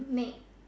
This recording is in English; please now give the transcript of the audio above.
make